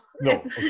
No